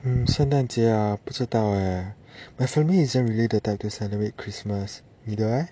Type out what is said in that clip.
嗯圣诞节啊不知道哎 my family isn't really the type to celebrate christmas 你的 leh